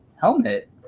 helmet